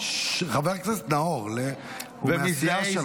-- חבר הכנסת נאור, הוא מהסיעה שלך,